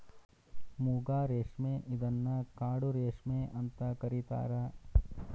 ಮೂಗಾ ರೇಶ್ಮೆ ಇದನ್ನ ಕಾಡು ರೇಶ್ಮೆ ಅಂತ ಕರಿತಾರಾ